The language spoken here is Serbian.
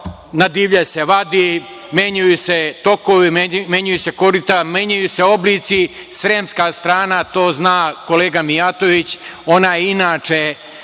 na divlje se vadi, menjaju se tokovi, menjaju se korita, menjaju se oblici. Sremska strana to zna, kolega Mijatović, ona je inače